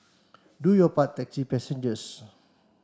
do your part taxi passengers